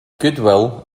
goodwill